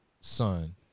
son